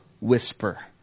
whisper